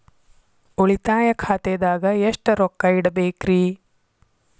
ಉಳಿತಾಯ ಖಾತೆದಾಗ ಎಷ್ಟ ರೊಕ್ಕ ಇಡಬೇಕ್ರಿ?